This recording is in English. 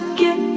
get